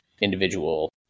individual